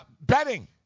Betting